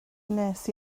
gwnes